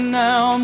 now